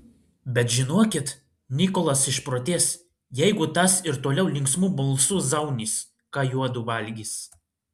bet žinokit nikolas išprotės jeigu tas ir toliau linksmu balsu zaunys ką juodu valgys